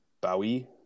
Bowie